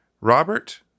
Robert